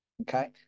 okay